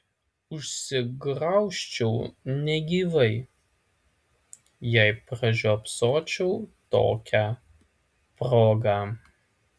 užsigraužčiau negyvai jei pražiopsočiau tokią progą